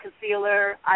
concealer